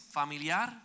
familiar